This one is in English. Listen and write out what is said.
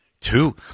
two